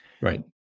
Right